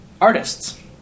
artists